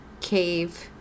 cave